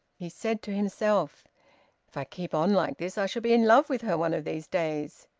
he said to himself if i keep on like this i shall be in love with her one of these days.